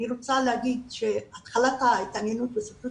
אני רוצה להגיד שהתחלת ההתעניינות בספרות